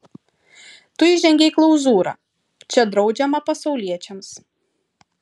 tu įžengei į klauzūrą čia draudžiama pasauliečiams